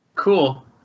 cool